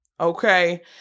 okay